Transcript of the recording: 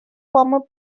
former